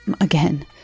again